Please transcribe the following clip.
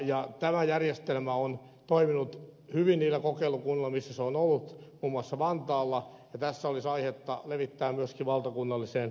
tämä järjestelmä on toiminut hyvin niissä kokeilukunnissa missä se on ollut muun muassa vantaalla ja tässä olisi aihetta levittää tätä myöskin valtakunnalliseen toimintamalliin